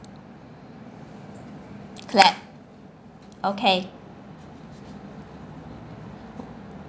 clap okay